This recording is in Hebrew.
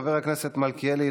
חבר הכנסת מלכיאלי,